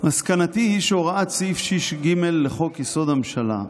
"מסקנתי היא שהוראת סעיף 6(ג) לחוק-יסוד: הממשלה,